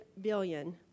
billion